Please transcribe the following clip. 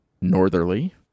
Northerly